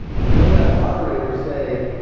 and will that moderator say,